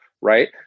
right